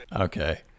Okay